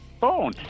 phone